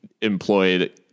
employed